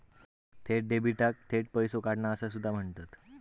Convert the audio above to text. थेट डेबिटाक थेट पैसो काढणा असा सुद्धा म्हणतत